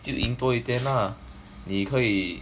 就赢多一点 lah 你可以